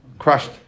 crushed